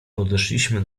podeszliśmy